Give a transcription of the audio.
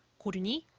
ko roon-hee,